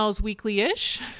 weekly-ish